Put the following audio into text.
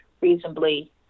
reasonably